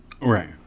Right